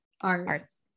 arts